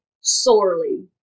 sorely